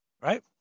Right